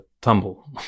tumble